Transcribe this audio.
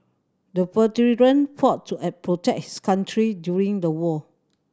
the veteran fought to protect his country during the war